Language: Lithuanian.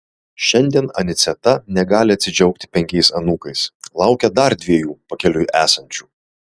šiandien aniceta negali atsidžiaugti penkiais anūkais laukia dar dviejų pakeliui esančių